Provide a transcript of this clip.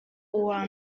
uwa